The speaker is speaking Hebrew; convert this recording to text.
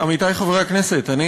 חבר הכנסת, אני